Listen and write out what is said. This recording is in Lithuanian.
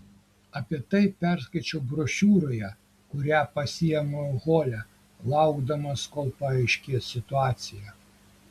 apie tai perskaičiau brošiūroje kurią pasiėmiau hole laukdamas kol paaiškės situacija